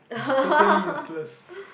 he's totally useless